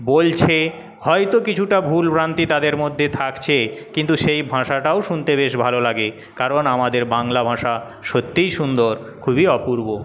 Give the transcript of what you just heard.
বলছে হয়তো কিছুটা ভুল ভ্রান্তি তাদের মধ্যে থাকছে কিন্তু সেই ভাষাটাও শুনতে বেশ ভালো লাগে কারণ আমাদের বাংলা ভাষা সত্যিই সুন্দর খুবই অপূর্ব